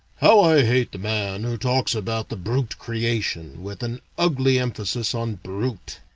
how i hate the man who talks about the brute creation with an ugly emphasis on brute.